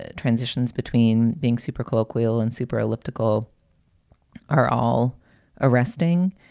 ah transitions between being super colloquial and super elliptical are all arresting.